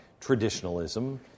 traditionalism